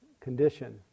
condition